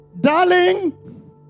darling